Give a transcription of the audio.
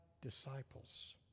disciples